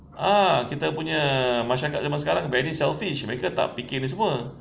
ah kita punya masyarakat zaman sekarang very selfish mereka tak fikir ini semua